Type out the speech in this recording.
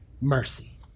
mercy